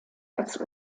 als